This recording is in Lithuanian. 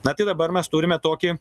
na tai dabar mes turime tokį